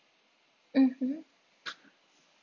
mmhmm